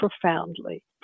profoundly